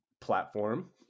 platform